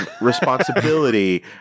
responsibility